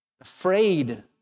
afraid